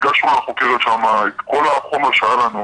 הגשנו לחוקרת שם את כל החומר שהיה לנו,